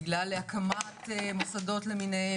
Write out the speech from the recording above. בגלל הקמת מוסדות למיניהם.